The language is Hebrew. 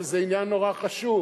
וזה עניין נורא חשוב,